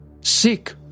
sick